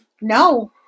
no